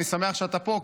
אני שמח שאתה פה,